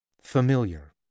Familiar